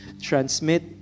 transmit